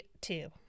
two